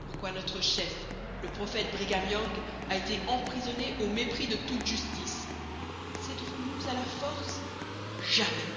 pourquoi notre chef le prophète brigham young a été emprisonné au mépris de toute justice céderons nous à la force jamais